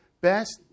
best